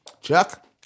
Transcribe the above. Chuck